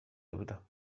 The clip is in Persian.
بودم